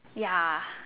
ya